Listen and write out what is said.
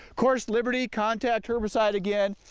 course liberty contact herbicide again,